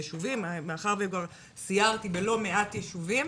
מאחר שכבר סיירתי בלא מעט יישובים